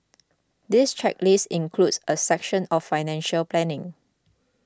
this checklist includes a section on financial planning